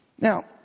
Now